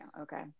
Okay